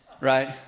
right